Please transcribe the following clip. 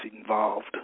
involved